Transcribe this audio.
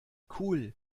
cool